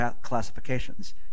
classifications